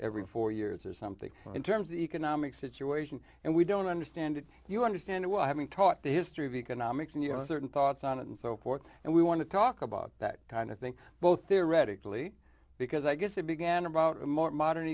every four years or something in terms of economic situation and we don't understand it you understand it well having taught the history of economics and you know certain thoughts on it and so forth and we want to talk about that kind of thing both theoretically because i guess it began about a more modern